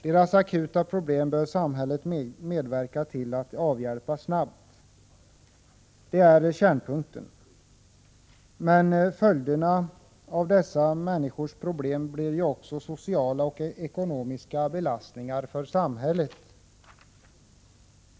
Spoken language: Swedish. Deras akuta problem bör samhället medverka till att avhjälpa snabbt. Det är kärnpunkten. Men följderna av dessa människors problem blir ju sociala och ekonomiska belastningar för samhället.